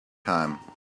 time